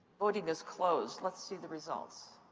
voting is closed. let's see the results.